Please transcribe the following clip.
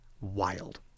wild